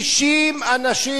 30 אנשים.